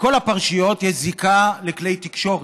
בכל הפרשיות יש זיקה לכלי תקשורת.